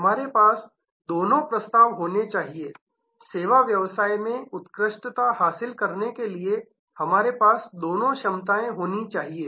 हमारे पास दोनों प्रस्ताव होने चाहिए सेवा व्यवसाय में उत्कृष्टता हासिल करने के लिए हमारे पास दोनों क्षमताएं होनी चाहिए